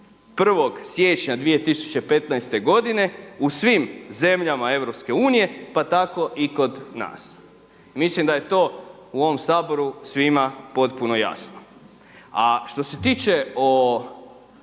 1. siječnja 2015. godine u svim zemljama EU pa tako i kod nas. Mislim da je to u ovom Saboru svima potpuno jasno. A što se tiče o